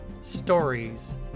stories